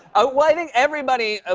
ah well, i think everybody, ah